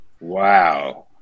Wow